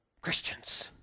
Christians